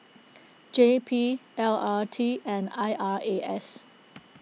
J P L R T and I R A S